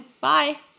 Bye